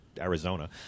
Arizona